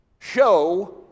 show